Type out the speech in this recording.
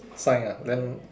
sign ah then